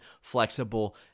flexible